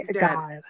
god